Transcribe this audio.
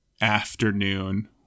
afternoon